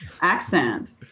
accent